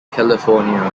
california